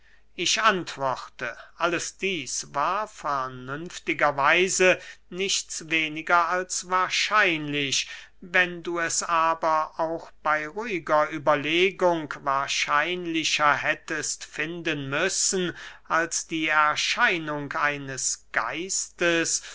ich antworte alles dieß war vernünftiger weise nichts weniger als wahrscheinlich wenn du es aber auch bey ruhiger überlegung wahrscheinlicher hättest finden müssen als die erscheinung eines geistes